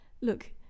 look